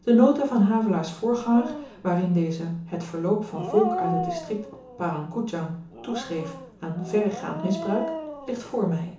de nota van havelaars voorganger waarin deze het verloop van volk uit het distrikt parang koedjang toeschreef aan verregaand misbruik ligt voor my